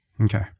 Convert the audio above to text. Okay